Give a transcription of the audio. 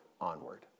onward